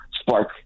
spark